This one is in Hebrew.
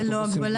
ללא הגבלה?